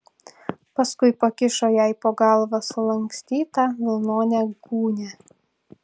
paskui pakišo jai po galva sulankstytą vilnonę gūnią